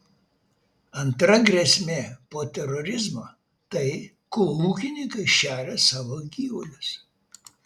antra grėsmė po terorizmo tai kuo ūkininkai šeria savo gyvulius